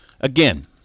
Again